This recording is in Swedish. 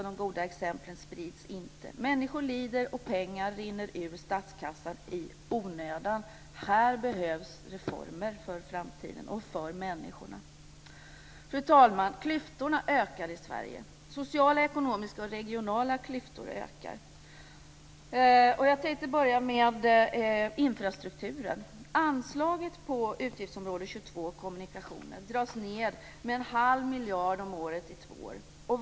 De goda exemplen sprids inte. Människor lider och pengar rinner ur statskassan i onödan. Här behövs det reformer för framtiden, och för människorna! Fru talman! De sociala, ekonomiska och regionala klyftorna ökar i Sverige. Jag börjar med infrastrukturen. Anslaget på utgiftsområde 22, som gäller kommunikationer, dras ned med en halv miljard om året i två år.